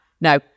No